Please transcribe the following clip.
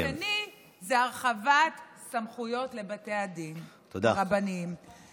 והשני זה הרחבת סמכויות לבתי הדין הרבנים.